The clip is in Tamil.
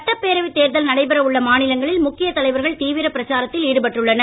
சட்டப்பேரவை தேர்தல் நடைபெற உள்ள மாநிலங்களில் முக்கிய தலைவர்கள் தீவிர பிரச்சாரத்தில் ஈடுபட்டுள்ளனர்